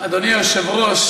אדוני היושב-ראש,